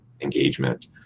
engagement